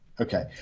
Okay